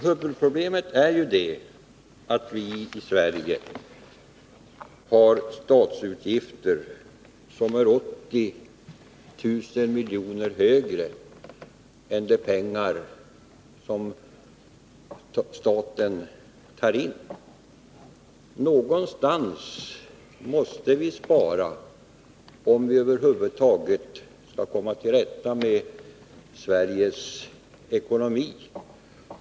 Huvudproblemet är att vi i Sverige har statsutgifter som är 80 000 milj.kr. högre än de pengar som staten tar in. Någonstans måste vi spara, om vi över huvud taget skall komma till rätta med Sveriges ekonomi.